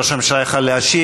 וראש הממשלה יכול היה להשיב.